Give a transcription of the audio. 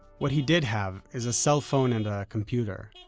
what he did have is a cell phone and a computer.